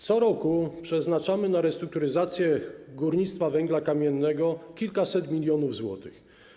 Co roku przeznaczamy na restrukturyzację górnictwa węgla kamiennego kilkaset milionów złotych.